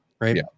right